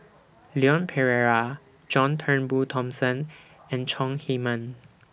Leon Perera John Turnbull Thomson and Chong Heman